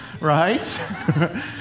right